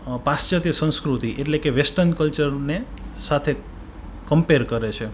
પાશ્ચાત્ય સંસ્કૃતિ એટલે કે વેસ્ટર્ન કલ્ચરને સાથે કમ્પેર કરે છે